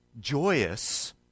joyous